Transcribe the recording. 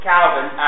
Calvin